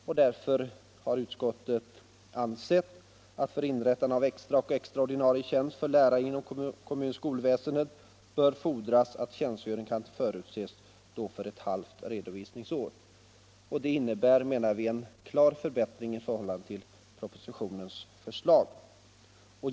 Utskottet har därför ansett att för inrättande av extra och extra ordinarie tjänst som lärare inom kommuns skolväsende bör fordras att tjänstgöring kan förutses för ett halvt redovisningsår. Det innebär, menar vi, en klar förbättring i förhållande till propositionens förslag.